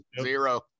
Zero